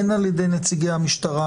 הן על ידי נציגי המשטרה,